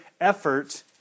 effort